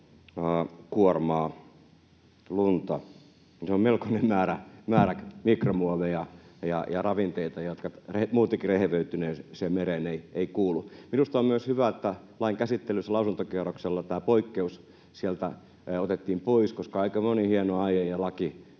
kuormaa lunta, eli se on melkoinen määrä mikromuoveja ja ravinteita, jotka muutenkin rehevöityneeseen mereen eivät kuulu. Minusta on myös hyvä, että lain käsittelyssä lausuntokierroksella tämä poikkeus sieltä otettiin pois, koska aika moni hieno aihe ja laki